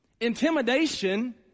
Intimidation